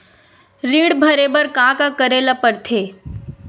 ऋण भरे बर का का करे ला परथे?